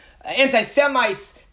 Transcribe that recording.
anti-Semites